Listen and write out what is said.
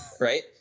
right